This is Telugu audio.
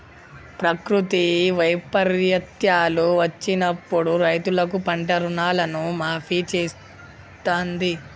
ప్రకృతి వైపరీత్యాలు వచ్చినప్పుడు రైతులకు పంట రుణాలను మాఫీ చేస్తాంది